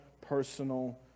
personal